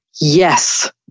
Yes